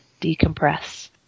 decompress